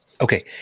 Okay